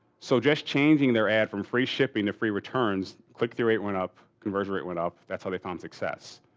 so, just changing their ad from free shipping to free returns click-through rate went up, conversion rate went up. that's how they found success.